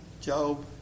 Job